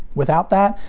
without that,